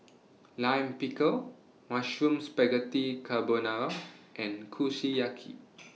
Lime Pickle Mushroom Spaghetti Carbonara and Kushiyaki